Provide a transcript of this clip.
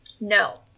No